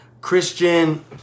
Christian